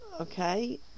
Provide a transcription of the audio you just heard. okay